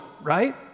right